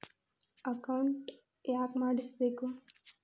Account ಯಾಕ್ ಮಾಡಿಸಬೇಕು?